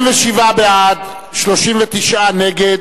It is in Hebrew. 27 בעד, 39 נגד,